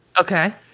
Okay